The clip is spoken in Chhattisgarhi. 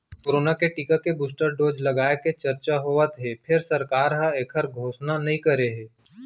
कोरोना के टीका के बूस्टर डोज लगाए के चरचा होवत हे फेर सरकार ह एखर घोसना नइ करे हे